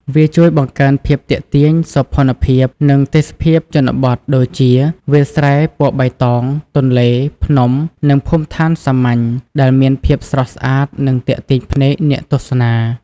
វាជួយបង្កើនភាពទាក់ទាញ សោភ័ណភាព និងទេសភាពជនបទដូចជា វាលស្រែពណ៌បៃតង ទន្លេ ភ្នំ និងភូមិឋានសាមញ្ញ ដែលមានភាពស្រស់ស្អាតនិងទាក់ទាញភ្នែកអ្នកទស្សនា។